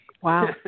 Wow